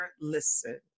listen